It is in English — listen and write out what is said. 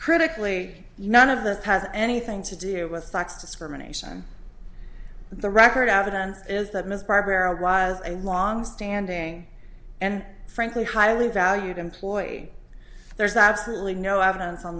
critically none of the has anything to do with sex discrimination the record out on is that ms barbara was a longstanding and frankly highly valued employee there's absolutely no evidence on